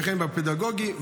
וכן בפדגוגי.